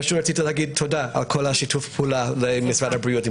רציתי לומר תודה על כל שיתוף הפעולה למשרד הבריאות.